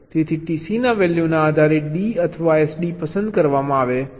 તેથી TC ના વેલ્યૂના આધારે D અથવા SD પસંદ કરવામાં આવે છે